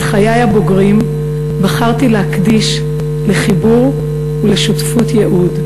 את חיי הבוגרים בחרתי להקדיש לחיבור ולשותפות ייעוד,